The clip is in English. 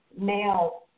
male